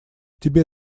тебе